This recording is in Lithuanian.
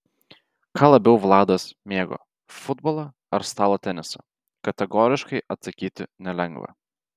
ką labiau vladas mėgo futbolą ar stalo tenisą kategoriškai atsakyti nelengva